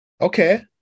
Okay